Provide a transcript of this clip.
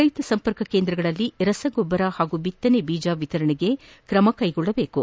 ರೈತ ಸಂಪರ್ಕ ಕೇಂದ್ರಗಳಲ್ಲಿ ರಸಗೊಬ್ಬರ ಹಾಗೂ ಬಿತ್ತನೆ ಬೀಜ ವಿತರಣೆಗೆ ಕ್ರಮ ಕೈಗೊಳ್ಳಬೇಕು